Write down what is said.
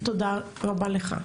חיים, תודה רבה לך.